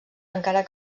encara